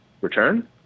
return